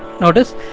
Notice